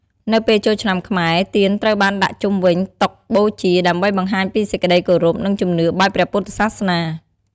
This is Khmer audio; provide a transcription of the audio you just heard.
នៅពេលចូលឆ្នាំខ្មែរ ទៀនត្រូវបានដាក់ជុំវិញតុបូជា ដើម្បីបង្ហាញពីសេចក្ដីគោរព និងជំនឿបែបព្រះពុទ្ធសាសនា។